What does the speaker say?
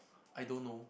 I don't know